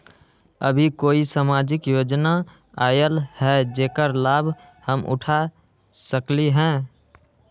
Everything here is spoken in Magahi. अभी कोई सामाजिक योजना आयल है जेकर लाभ हम उठा सकली ह?